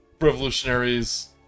revolutionaries